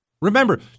Remember